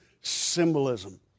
symbolism